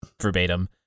verbatim